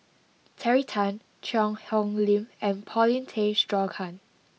Terry Tan Cheang Hong Lim and Paulin Tay Straughan